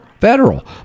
federal